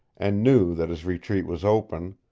and knew that his retreat was open,